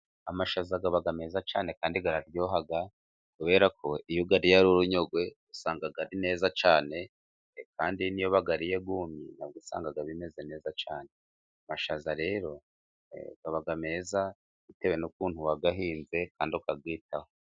Amashaza aba meza cyane ,kandi araryoha kubera ko iyo uyariye ari urunyogwe usanga ari meza cyane, kandi n'iyo bayariye yumye usanga bimeze neza cyane. Amashaza rero aba meza ,bitewe n'ukuntu wayahinze kandi ukayitaho.